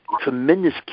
tremendous